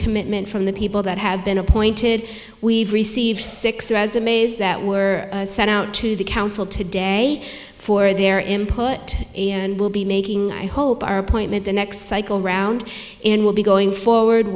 recommitment from the people that have been appointed we've received six resumes that were sent out to the council today for their input and will be making i hope our appointment the next cycle round and will be going forward